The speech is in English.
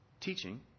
teaching